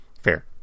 Fair